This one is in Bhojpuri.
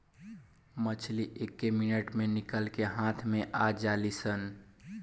मछली एके मिनट मे निकल के हाथ मे आ जालीसन